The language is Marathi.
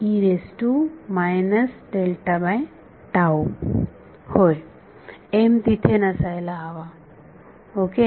विद्यार्थी होय m तिथे नसायला हवा ओके